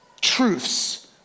truths